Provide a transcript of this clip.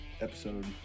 episode